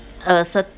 a cert